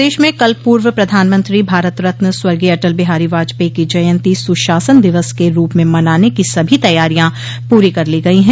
प्रदेश में कल पूर्व प्रधानमंत्री भारत रत्न स्वर्गीय अटल बिहारी वाजपेई की जयन्ती सुशासन दिवस के रूप में मनाने की सभी तैयारियां पूरी कर ली गई है